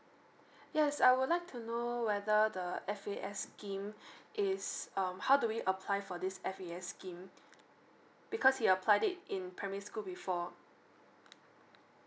yes I would like to know whether the F_A_S scheme is um how do we apply for this F_A_S scheme because he applied it in primary school before